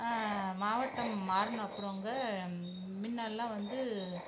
மாவட்டம் மாறின அப்புறங்க முன்னெல்லாம் வந்து